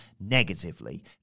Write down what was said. negatively